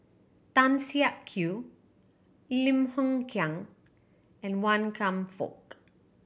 Tan Siak Kew Lim Hng Kiang and Wan Kam Fook